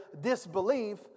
disbelief